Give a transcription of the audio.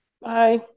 Bye